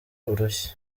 urushyi